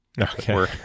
Okay